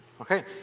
Okay